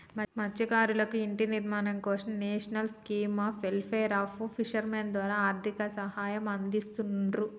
మత్స్యకారులకు ఇంటి నిర్మాణం కోసం national scheme of welfare of fishermen ద్వారా ఆర్థిక సహాయం అందిస్తున్రు